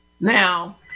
Now